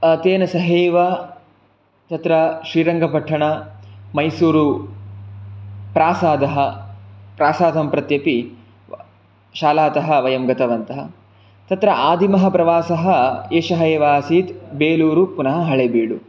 तेन सहैव तत्र श्रीरङ्गपट्टण मैसूरुप्रासादः प्रासादं प्रत्यपि शालातः वयं गतवन्तः तत्र आदिमः प्रवासः एषः एव आसीत् बेलूरु पुनः हलेबीडु